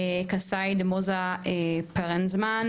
קסאיי דמוזה פרנזמן,